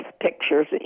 pictures